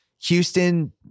Houston